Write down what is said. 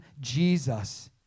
Jesus